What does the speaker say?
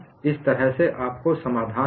इस तरह से आपको समाधान मिला